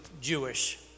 Jewish